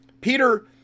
peter